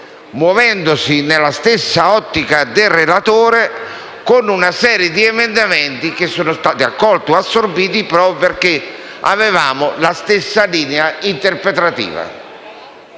muovendosi nella stessa ottica del relatore, con una serie di emendamenti che sono stati accolti o assorbiti proprio perché avevamo la stessa linea interpretativa.